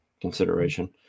consideration